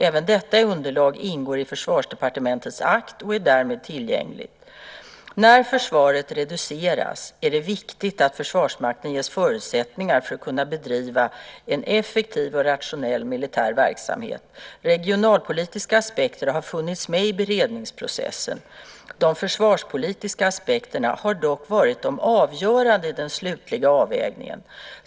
Även detta underlag ingår i Försvarsdepartementets akt och är därmed tillgängligt. När försvaret reduceras är det viktigt att Försvarsmakten ges förutsättningar för att bedriva en effektiv och rationell militär verksamhet. Regionalpolitiska aspekter har funnits med i beredningsprocessen. De försvarspolitiska aspekterna har dock varit de avgörande i den slutliga avvägningen.